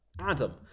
Adam